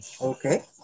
Okay